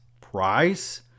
Price